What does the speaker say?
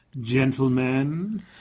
Gentlemen